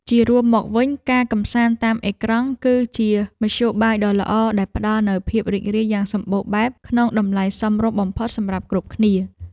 ជារួមមកវិញការកម្សាន្តតាមអេក្រង់គឺជាមធ្យោបាយដ៏ល្អដែលផ្ដល់នូវភាពរីករាយយ៉ាងសម្បូរបែបក្នុងតម្លៃសមរម្យបំផុតសម្រាប់គ្រប់គ្នា។